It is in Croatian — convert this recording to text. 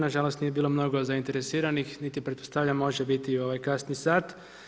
Nažalost, nije bilo mnogo zainteresiranih niti pretpostavljam može biti u ovaj kasni sat.